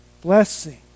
blessing